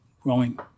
growing